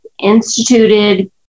instituted